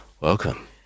Welcome